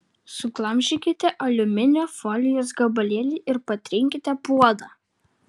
suglamžykite aliuminio folijos gabalėlį ir patrinkite puodą